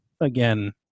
again